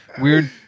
weird